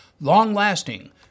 long-lasting